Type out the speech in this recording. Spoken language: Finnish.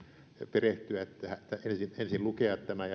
perehtyä tähän ensin lukea tämä